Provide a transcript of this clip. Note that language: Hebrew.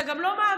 אתה גם לא מאמין,